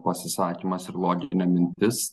pasisakymas ir loginė mintis